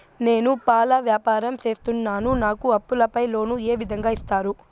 నేను పాల వ్యాపారం సేస్తున్నాను, నాకు ఆవులపై లోను ఏ విధంగా ఇస్తారు